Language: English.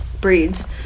breeds